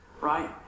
right